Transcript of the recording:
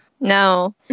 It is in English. No